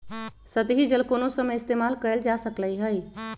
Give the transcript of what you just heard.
सतही जल कोनो समय इस्तेमाल कएल जा सकलई हई